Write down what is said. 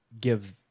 give